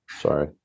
sorry